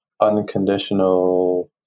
unconditional